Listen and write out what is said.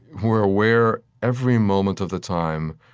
we're aware, every moment of the time,